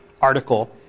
article